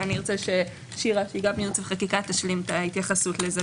ואני ארצה שגם שירה ממחלקת ייעוץ וחקיקה תשלים את ההתייחסות לזה,